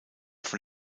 von